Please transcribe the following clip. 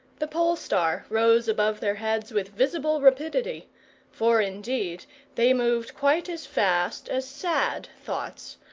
the pole-star rose above their heads with visible rapidity for indeed they moved quite as fast as sad thoughts,